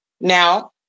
Now